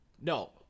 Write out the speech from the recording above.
No